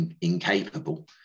incapable